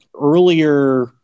earlier